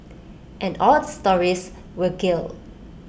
and all the stories were gelled